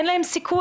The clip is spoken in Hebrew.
אין להם סיכוי,